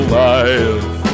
life